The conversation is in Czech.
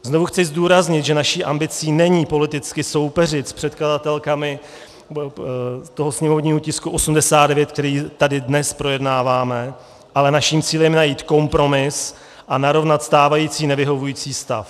Znovu chci zdůraznit, že naší ambicí není politicky soupeřit s předkladatelkami sněmovního tisku 89, který tady dnes projednáváme, ale naším cílem je najít kompromis a narovnat stávající nevyhovující stav.